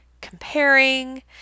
comparing